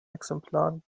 exemplaren